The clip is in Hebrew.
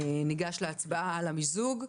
ניגש להצבעה על המיזוג.